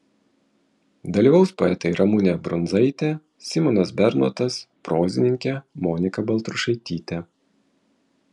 dalyvaus poetai ramunė brundzaitė simonas bernotas prozininkė monika baltrušaitytė